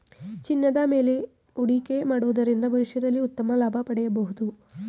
ಚಿನ್ನದ ಮೇಲೆ ಹೂಡಿಕೆ ಮಾಡುವುದರಿಂದ ಭವಿಷ್ಯದಲ್ಲಿ ಉತ್ತಮ ಲಾಭ ಪಡೆಯಬಹುದು